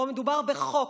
פה מדובר בחוק.